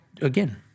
again-